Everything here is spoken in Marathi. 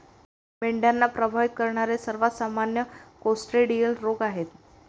मेंढ्यांना प्रभावित करणारे सर्वात सामान्य क्लोस्ट्रिडियल रोग आहेत